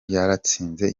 yaratsinze